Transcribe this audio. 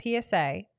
PSA